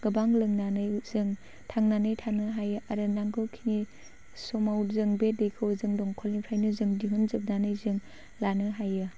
गोबां लोंनानै जों थांनानै थानो हायो आरो नांगौखिनि समाव जों बे दैखौ जों दंखलनिफ्रायनो जों दिहुनजोबनानै जों लानो हायो